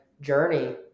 journey